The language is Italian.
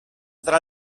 tra